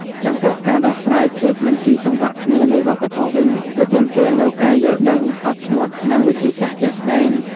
ចំពោះ ការដោះស្រាយភាពមិនស៊ីសង្វាក់គ្នានៃវប្បធម៌វិញ គឺទាមទារនូវការយល់ដឹង អត់ធ្មត់ និងវិធីសាស្រ្តជាក់ស្តែង។